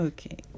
Okay